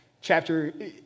chapter